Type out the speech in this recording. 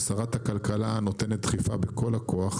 ושרת הכלכלה נותנת דחיפה בכל הכוח,